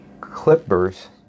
Clippers